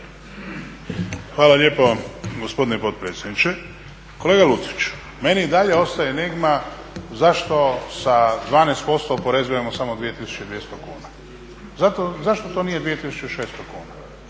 Hvala lijepo gospodine potpredsjedniče. Kolega Lucić, meni i dalje ostaje enigma zašto sa 12% oporezujemo samo 2200 kuna? Zašto to nije 2600 kuna?